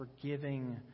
forgiving